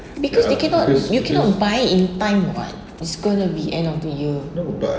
because they cannot you cannot buy in time [what] it's gonna be end of the year